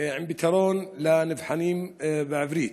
עם פתרון לנבחנים בעברית.